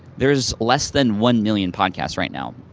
there's less than one million podcasts right now.